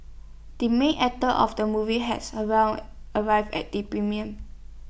the main actor of the movie has around arrived at the premiere